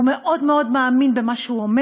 הוא מאמין מאוד מאוד במה שהוא אומר.